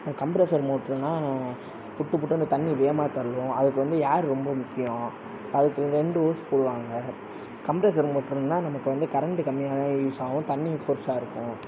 compressor மோட்ருனால் புட்டு புட்டு அந்த தண்ணி வேகமாகத் தள்ளும் அதுக்கு வந்து ஏர் ரொம்ப முக்கியம் அதுக்கு ரெண்டு ஓஸ் போடுவாங்க கம்பிரசர் மோட்ருனால் நமக்கு வந்து கரெண்டு கம்மியாகதான் யூசாகும் தண்ணி ஃபோர்சாயிருக்கும்